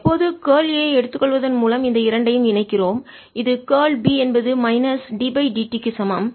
எப்போது curl E எடுத்துக்கொள்வதன் மூலம் இந்த இரண்டையும் இணைக்கிறோம் இது கார்ல் B என்பது மைனஸ் ddt க்கு சமம்